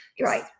Right